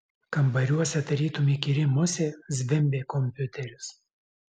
kambariuose tarytum įkyri musė zvimbė kompiuteris